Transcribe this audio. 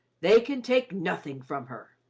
they can take nothing from her.